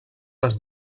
les